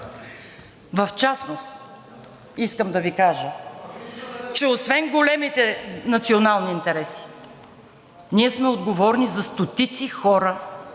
и реплики) искам да Ви кажа, че освен големите национални интереси, ние сме отговорни за стотици хора